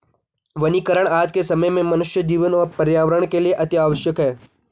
वनीकरण आज के समय में मनुष्य जीवन और पर्यावरण के लिए अतिआवश्यक है